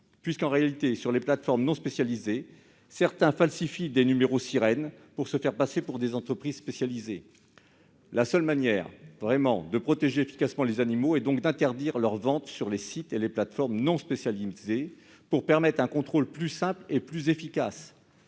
situation. Sur ces plateformes, certains vendeurs falsifient des numéros Siren pour se faire passer pour des entreprises spécialisées. La seule manière de protéger efficacement les animaux est donc d'interdire leur vente sur les sites et les plateformes non spécialisés pour permettre un contrôle plus simple et plus efficace.